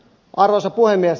arvoisa puhemies